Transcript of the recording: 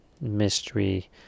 mystery